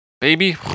Baby